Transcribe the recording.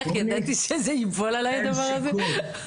איך ידעתי שזה ייפול עלי הדברים האלה.